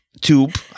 Tube